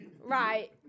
Right